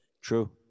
True